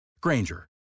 Granger